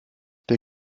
der